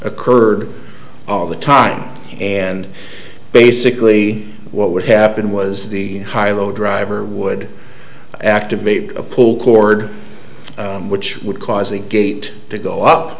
occurred all the time and basically what would happen was the hi lo driver would activate a pull cord which would cause the gate to go up